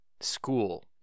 school